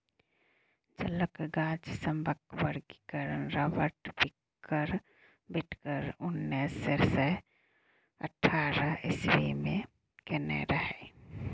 जलक गाछ सभक वर्गीकरण राबर्ट बिटकर उन्नैस सय अठहत्तर इस्वी मे केने रहय